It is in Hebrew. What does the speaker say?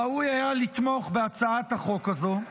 ראוי היה לתמוך בהצעת החוק הזאת,